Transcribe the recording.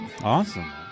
Awesome